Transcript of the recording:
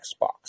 Xbox